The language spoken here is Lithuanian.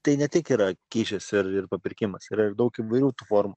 tai ne tik yra kyšis ir ir papirkimas yra ir daug įvairių tų formų